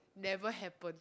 never happen